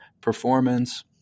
performance